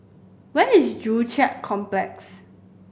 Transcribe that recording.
where is Joo Chiat Complex